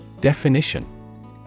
Definition